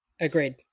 Agreed